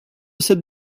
cette